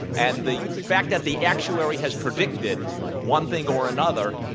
and the fact that the actuary has predicted one thing or another,